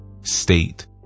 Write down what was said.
state